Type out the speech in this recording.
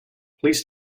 please